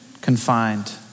confined